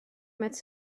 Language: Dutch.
met